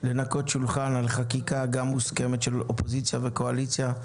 לנקות שולחן בחקיקה מוסכמת בין האופוזיציה והקואליציה,